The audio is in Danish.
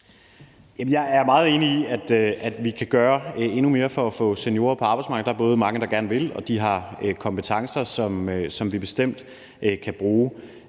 Jeg er meget enig i, at vi kan gøre endnu mere for at få seniorer på arbejdsmarkedet. Der er mange, der gerne vil, og de har kompetencer, som vi bestemt kan bruge.